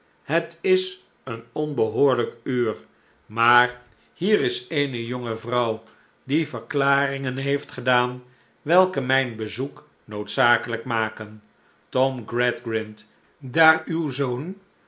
het is een onbehoorlijk uur maar hier is eene jonge vrouw die verklaringen heeft gedaan welke mijn bezoek noodzakelijk maken tom gradgrind daar uw zoon